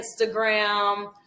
Instagram